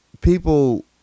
people